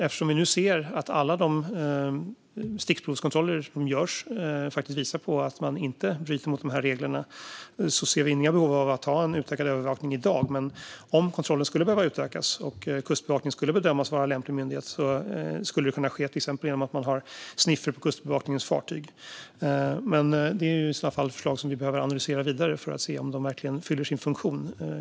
Eftersom vi nu ser att alla de stickprovskontroller som görs visar på att man inte bryter mot reglerna ser vi inget behov av utökad övervakning i dag. Men om kontrollen skulle behöva utökas och Kustbevakningen skulle bedömas vara lämplig myndighet skulle det kunna ske till exempel genom sniffrar på Kustbevakningens fartyg. Men det är förslag som vi i så fall behöver analysera vidare för att se om de verkligen fyller sin funktion.